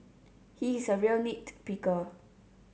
he is a real nit picker